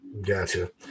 Gotcha